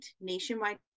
nationwide